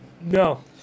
No